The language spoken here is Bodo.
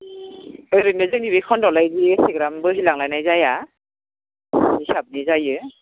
ओरैनो जोंनि बे खन्दआवलाय बे एसेग्राब बोहैलांनाय जाया हिसाबनि जायो